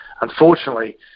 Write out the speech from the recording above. Unfortunately